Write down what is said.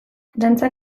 dantza